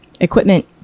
equipment